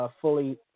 fully